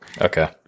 Okay